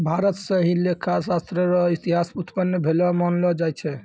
भारत स ही लेखा शास्त्र र इतिहास उत्पन्न भेलो मानलो जाय छै